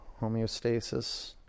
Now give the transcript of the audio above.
homeostasis